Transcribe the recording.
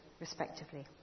respectively